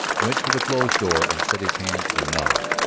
went to the closed door and set his hand to the knob.